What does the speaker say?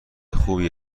خوبی